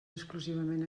exclusivament